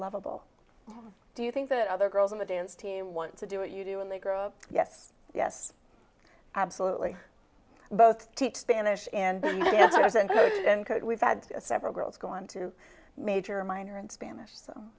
lovable do you think that other girls in the dance team want to do what you do when they grow up yes yes absolutely both teach spanish and we've had several girls go on to major minor and spanish so